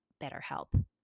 BetterHelp